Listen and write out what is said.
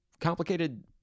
complicated